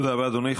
תודה רבה, אדוני.